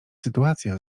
sytuacja